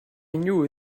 knew